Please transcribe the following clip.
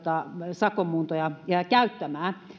sakon muuntoja käyttämään